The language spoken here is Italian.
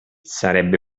sarebbe